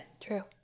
True